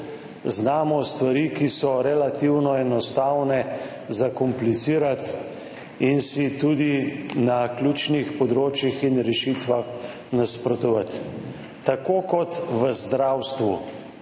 znamo stvari, ki so relativno enostavne, zakomplicirati in si tudi na ključnih področjih in rešitvah nasprotovati. Tako kot v zdravstvu